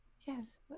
Yes